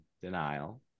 denial